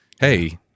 hey